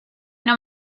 know